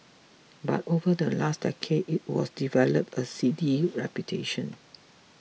but over the last decade it was developed a seedy reputation